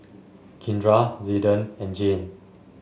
Kindra Zayden and Jayne